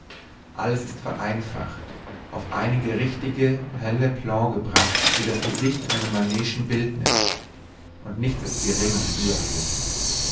alles ist vereinfacht auf einige richtige helle plans gebracht wie das gesicht in einem manetschen bildnis und nichts ist gering und überflüssig